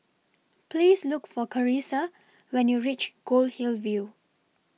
Please Look For Charissa when YOU REACH Goldhill View